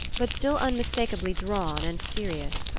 but still unmistakably drawn and serious.